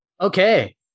Okay